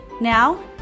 Now